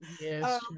yes